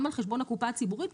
גם על חשבון הקופה הציבורית,